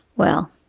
well,